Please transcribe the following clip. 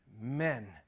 men